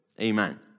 amen